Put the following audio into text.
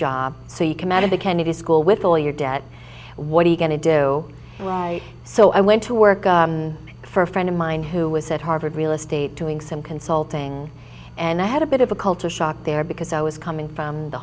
job so you committed the kennedy school with all your debt what are you going to do when i so i went to work for a friend of mine who was at harvard real estate doing some consulting and i had a bit of a culture shock there because i was coming from the